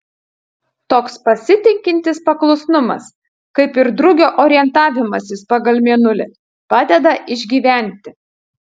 toks pasitikintis paklusnumas kaip ir drugio orientavimasis pagal mėnulį padeda išgyventi